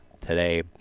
today